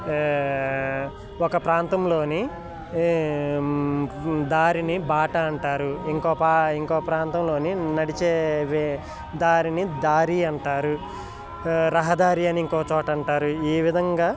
ఒక ప్రాంతంలోని దారిని బాట అంటారు ఇంకో ప్రాంతంలోని నడిచేే దారిని దారి అంటారు రహదారి అని ఇంకో చోట అంటారు ఈ విధంగా